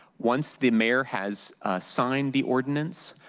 once the mayor has signed the ordinance,